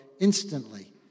instantly